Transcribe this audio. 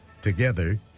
Together